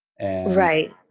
Right